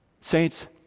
saints